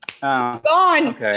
Gone